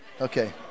Okay